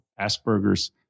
Asperger's